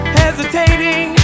hesitating